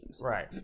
Right